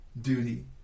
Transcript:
duty